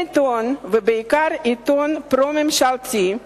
אם עיתון, ובעיקר עיתון פרו-ממשלתי,